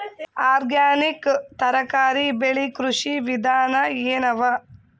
Organic ತರಕಾರಿ ಬೆಳಿ ಕೃಷಿ ವಿಧಾನ ಎನವ?